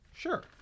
sure